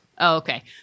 Okay